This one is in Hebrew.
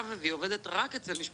וזה מראה